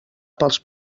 pels